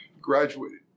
Graduated